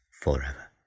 forever